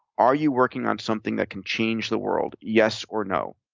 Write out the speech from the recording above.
are you working on something that can change the world? yes or no?